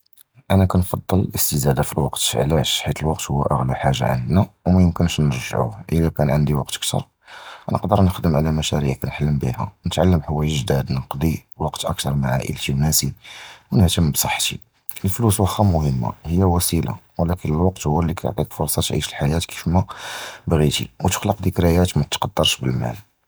אָנָא קִנְפַצֵל הַאִסְתִּזַדָה פִי הַווַקְת, עַלַאש? חִית הַווַקְת הוּוּ אַגְלַא חַאגָה עַנְדְנָא וּמַיִּמְכַּנֵּש נַרְגַּעּוּוּ, אִלַא קָאן עַנְדִי ווַקְת כִּתַּר נִדַּר קִנְחַדֵּם עַל מְשִיְוַאט קִנְחְלָם בִּיהוּם, נִתְעַלַּם חַוַאיְג גְּדִידָה, נִקְדַּר נִפְצִּי ווַקְת כִּתַּר מַעַ עַאִילְתִי וְנָאסִי, וְנִהְתַם בִּצְחִתִי, הַפֻלוּס וְלָקִין מֻهِמָּה הִי וְסִילָה, וְלָקִין הַווַקְת הוּוּ לִי קִיְעַטִי פְרְסַה תִּעִיש הַחַיַאת כִּיפַאש מַבְגִּית וְתִּכְלִיק זִכְרְיוֹת מַאי קִתְתַּקַּדַּרְש בַּפֻלוּס.